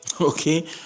Okay